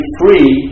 free